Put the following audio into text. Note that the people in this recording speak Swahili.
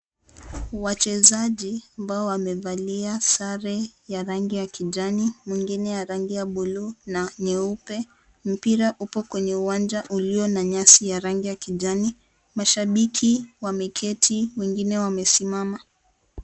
Wachezaji amabao wamevalia sare ya rangi ya kijani mwengine ya rangi ya bluu na nyeupe .Mpira upo kwenye uwanja na nyasi ya rangi ya kijani. Mashabiki wameketi wengine wamesimama.